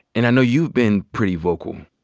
and i know you've been pretty vocal.